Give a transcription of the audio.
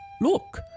Look